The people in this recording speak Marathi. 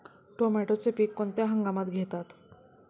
टोमॅटोचे पीक कोणत्या हंगामात घेतात?